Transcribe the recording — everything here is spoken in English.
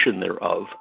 thereof